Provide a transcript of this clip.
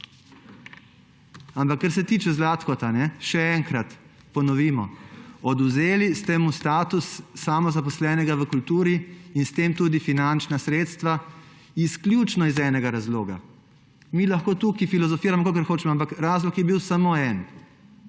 Ampak kar se tiče Zlatkota, še enkrat ponovimo, odvzeli ste mu status samozaposlenega v kulturi in s tem tudi finančna sredstva izključno iz enega razloga. Mi lahko tukaj filozofiramo, kolikor hočemo, ampak razlog je bil samo en